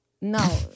No